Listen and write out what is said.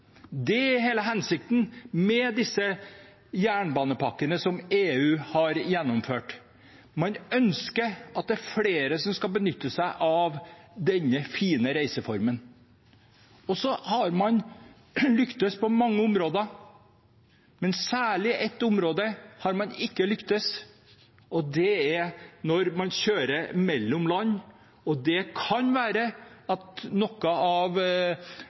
det europeiske jernbanesystemet. Det er hele hensikten med jernbanepakkene som EU har gjennomført. Man ønsker at flere skal benytte seg av denne fine reiseformen. Man har lyktes på mange områder, men særlig på ett område har man ikke lyktes, og det er når man kjører mellom land. Det kan være at noe av